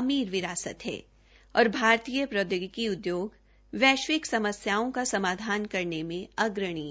अमीर विरासत है और भारतीय प्रौद्योगिकी उद्योग वैश्विक समस्याओं का समाधान करने में अग्रणी है